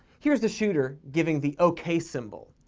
here's the shooter giving the okay symbol,